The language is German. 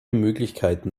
möglichkeiten